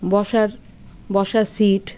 বসার বসার সিট